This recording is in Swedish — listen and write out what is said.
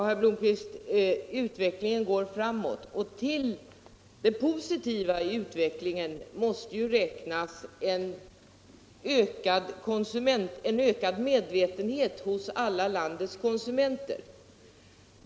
Herr talman! Utvecklingen går framåt, sade herr Blomkvist. Till det positiva i utvecklingen måste räknas en ökad medvetenhet hos alla lan Marknadsförings dets konsumenter.